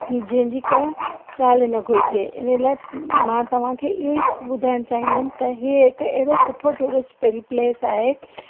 जंहिं जी का ॻाल्हि न घुरिजे इन लाइ मां तव्हांखे इहो ई ॿुधाइणु चाहींदमि त हीउ हिकु अहिड़ो सुठो टूरिस्ट प्ले प्लेस आहे